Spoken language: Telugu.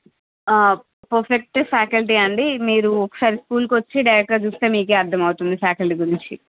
పర్ఫెక్టు ఫ్యాకల్టీ అండి మీరు ఒకసారి స్కూల్ కొచ్చి డైరెక్ట్ గా చూస్తే మీకే అర్దమవుతుంది ఫ్యాకల్టీ గురించి